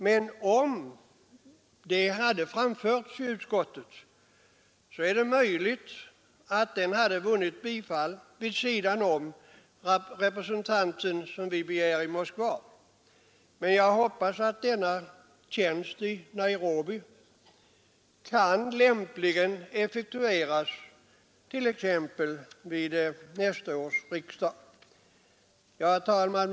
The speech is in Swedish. Men om förslaget framförts i utskottet är det möjligt att det hade vunnit bifall, vid sidan om den representant vi begär i Moskva. Men denna tjänst i Nairobi kan lämpligen effektueras t.ex. vid nästa års riksdag. Herr talman!